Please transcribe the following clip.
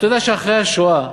אתה יודע שאחרי השואה,